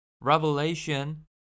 Revelation